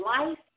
life